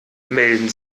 melden